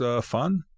fun